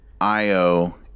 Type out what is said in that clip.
Io